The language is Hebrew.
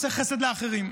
הוא עושה חסד לאחרים.